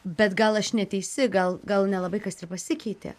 bet gal aš neteisi gal gal nelabai kas ir pasikeitė